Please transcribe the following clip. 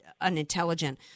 unintelligent